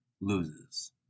loses